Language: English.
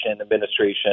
Administration